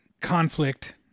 conflict